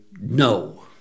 no